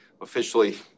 officially